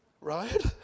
Right